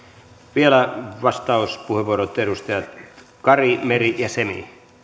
vielä vastauspuheenvuorot edustajille kari meri ja semi